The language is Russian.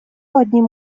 одним